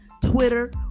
Twitter